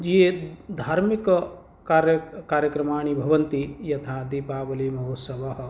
ये धार्मिककार्य कार्यक्रमाः भवन्ति यथा दीपावलिमहोत्सवः